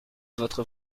votre